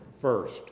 first